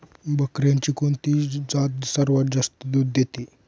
बकऱ्यांची कोणती जात सर्वात जास्त दूध देते?